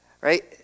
Right